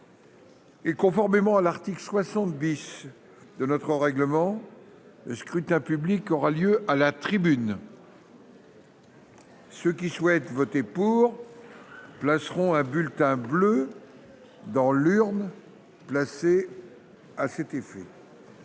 Et conformément à l'article 70 de notre règlement le scrutin public aura lieu à la tribune. Ceux qui souhaitent voter pour. Placeront un bulletin bleu. Dans l'urne placée. À cet effet.